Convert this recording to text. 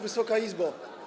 Wysoka Izbo!